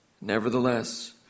Nevertheless